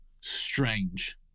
strange